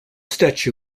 statue